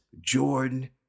Jordan